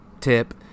tip